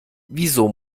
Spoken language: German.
wieso